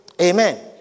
Amen